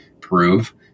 prove